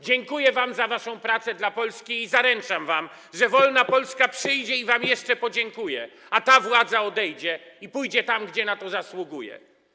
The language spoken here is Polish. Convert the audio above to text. Dziękuję wam za waszą pracę dla Polski i zaręczam wam, że wolna Polska przyjdzie i wam jeszcze podziękuje, a ta władza odejdzie, pójdzie, gdzie zasługuje.